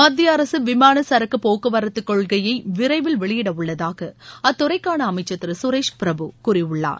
மத்திய அரசு விமான சரக்குப் போக்குவரத்துக் கொள்கையை விரைவில் வெளியிடவுள்ளதாக அத்துறைக்கான அமைச்சர் திரு சுரேஷ் பிரபு கூறியுள்ளார்